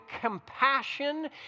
compassion